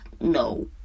no